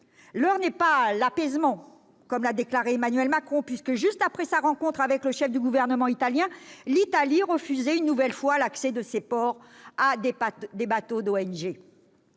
l'heure n'est pas à l'apaisement, comme l'a déclaré Emmanuel Macron, puisque, juste après sa rencontre avec le chef du gouvernement italien, Rome refusait une nouvelle fois l'accès de ses ports à des bateaux d'ONG.